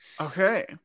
Okay